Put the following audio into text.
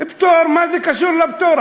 מה זה קשור לפטור?